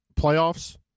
playoffs